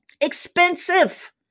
expensive